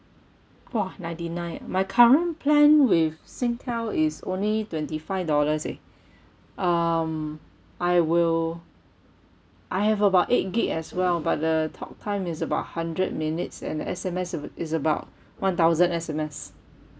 !wah! ninety nine ah my current plan with singtel is only twenty five dollars eh um I will I have about eight gig as well but the talk time is about hundred minutes and S_M_S uh is about one thousand S_M_S